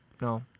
No